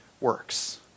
works